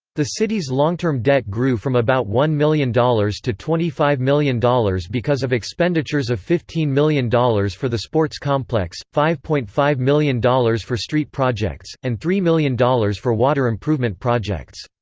the city's long-term debt grew from about one million dollars to twenty five million dollars because of expenditures of fifteen million dollars for the sports complex, five point five million dollars for street projects, and three million dollars for water improvement projects.